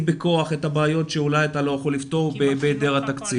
בכוח את הבעיות שאולי אתה לא יכול לפתור בהיעדר תקציב.